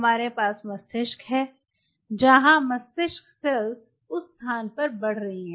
हमारे पास मस्तिष्क है जहां मस्तिष्क सेल्स उस स्थान पर बढ़ रही हैं